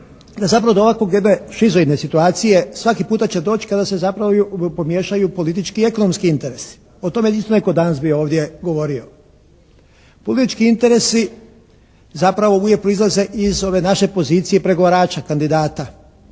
da zapravo do jedne ovakve šizoidne situacije svaki puta će doći kada se zapravo pomiješaju politički i ekonomski interesi. O tome je isto netko danas bio ovdje govorio. Politički interesi zapravo uvijek proizlaze iz ove naše pozicije pregovarača kandidata.